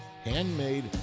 handmade